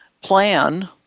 plan